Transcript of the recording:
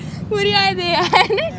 புரியாது:puriyathu